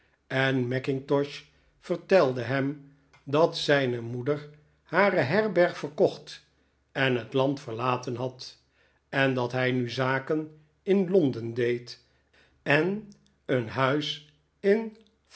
en mackintosh vertelde hem dat zijne moeder hare herberg verkocht en het land verlaten had en dat hij nu zaken in l on den deed en een huis in